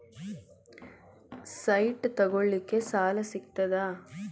Site ತಗೋಳಿಕ್ಕೆ ಸಾಲಾ ಸಿಗ್ತದಾ?